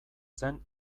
zen